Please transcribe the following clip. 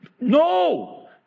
no